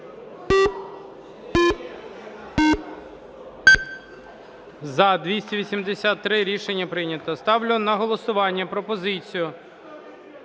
За-283 Рішення прийнято. Ставлю на голосування пропозицію,